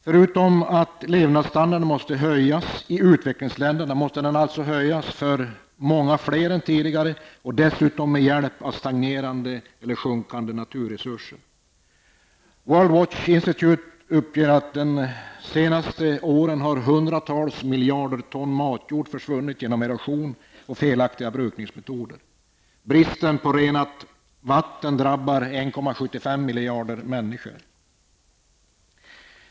Förutom att levnadsstandarden måste höjas i utvecklingsländerna måste den alltså höjas för många fler än tidigare och dessutom med hjälp av stagnerande eller sjunkande naturresurser. World Watch Institute uppger att hundratals miljarder ton matjord under de senaste åren försvunnit till följd av erosion och felaktiga brukningsmetoder. Bristen på rent vatten drabbar 1,75 miljarder människor.